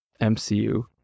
mcu